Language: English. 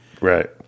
Right